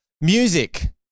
music